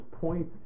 point